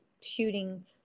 shooting